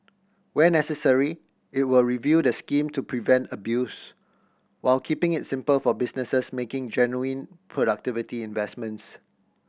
where necessary it will review the scheme to prevent abuse while keeping it simple for businesses making genuine productivity investments